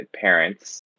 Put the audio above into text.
parents